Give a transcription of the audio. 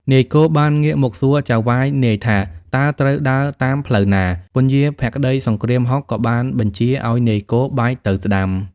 នាយគោបានងាកមកសួរចៅហ្វាយនាយថា តើត្រូវដើរតាមផ្លូវណា? ពញាភក្តីសង្គ្រាមហុក ក៏បានបញ្ជាឲ្យនាយគោ បែកទៅស្តាំ។